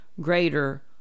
greater